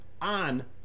on